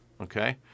Okay